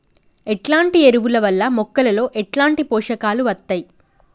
ఎట్లాంటి ఎరువుల వల్ల మొక్కలలో ఎట్లాంటి పోషకాలు వత్తయ్?